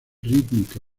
rítmica